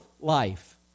life